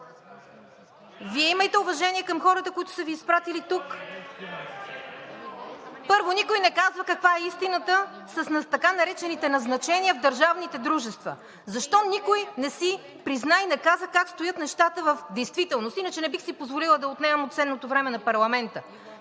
Вие имайте уважение към хората, които са Ви изпратили тук. Първо, никой не казва каква е истината с така наречените „назначения в държавните дружества“. Защо никой не си призна и не каза как стоят нещата в действителност, иначе не бих си позволила да отнемам от ценното време на парламента.